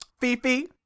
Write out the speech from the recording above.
Fifi